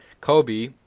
Kobe